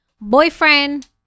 boyfriend